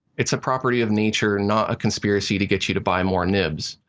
it's a property of nature, not a conspiracy to get you to buy more nibs.